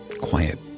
quiet